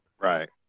Right